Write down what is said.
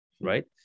Right